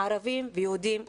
ערביים ויהודיים כאחד.